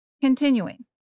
Continuing